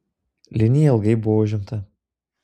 linija ilgai buvo užimta